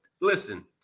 listen